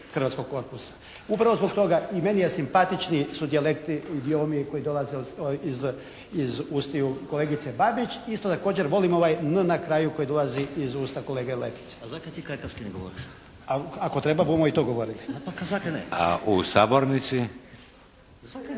A u sabornici?